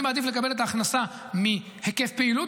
אני מעדיף לקבל את ההכנסה מהיקף פעילות